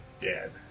dead